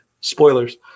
Spoilers